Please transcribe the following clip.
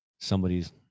somebody's